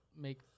make